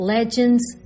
Legends